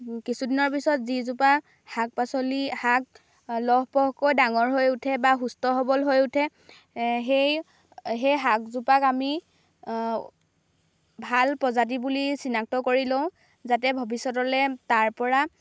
কিছুদিনৰ পিছত যিজোপা শাক পাচলি শাক লহ পহকৈ ডাঙৰ হৈ উঠে বা সুস্থ সৱল হৈ উঠে সেই সেই শাকজোপাক আমি ভাল প্ৰজাতি বুলি চিনাক্ত কৰি লওঁ যাতে ভৱিষ্যতলৈ তাৰ পৰা